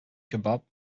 kebab